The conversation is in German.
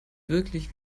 wirklich